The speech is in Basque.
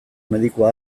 medikua